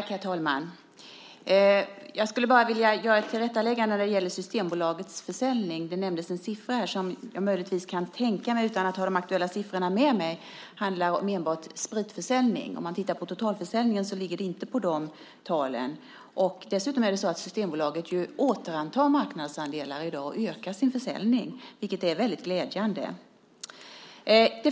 Herr talman! Jag skulle bara vilja göra ett tillrättaläggande när det gäller Systembolagets försäljning. Det nämndes en siffra som jag möjligtvis kan tänka mig, utan att ha de aktuella siffrorna med mig, handlar om enbart spritförsäljning. Om man tittar på totalförsäljningen ligger den inte på de talen. Dessutom är det ju så att Systembolaget i dag återtar marknadsandelar och ökar sin försäljning, vilket är väldigt glädjande. I det